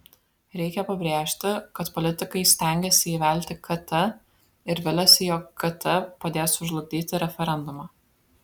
reikia pabrėžti kad politikai stengiasi įvelti kt ir viliasi jog kt padės sužlugdyti referendumą